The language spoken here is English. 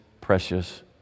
precious